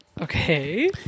Okay